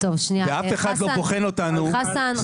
ואף אחד לא ------ חסן,